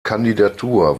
kandidatur